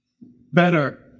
better